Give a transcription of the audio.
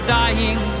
dying